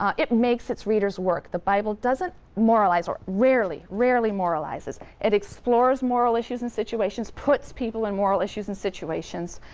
um it makes its readers work. the bible doesn't moralize, or rarely, rarely moralizes. it explores moral issues and situations, puts people in moral issues and situations.